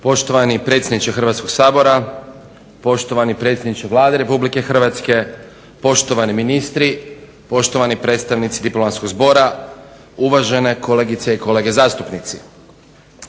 Poštovani predsjedniče Hrvatskog sabora, poštovani predsjedniče Vlade RH, poštovani ministri, poštovani predstavnici diplomatskog zbora, uvažene kolegice i kolege zastupnici.